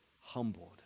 humbled